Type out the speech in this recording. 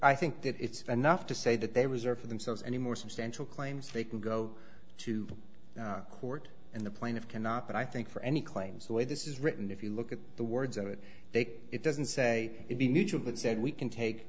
i think that it's enough to say that they reserve for themselves any more substantial claims they can go to court and the plaintiffs cannot but i think for any claims the way this is written if you look at the words of it they it doesn't say it be neutral it said we can